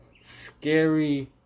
Scary